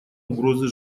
угрозы